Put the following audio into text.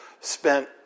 spent